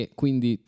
quindi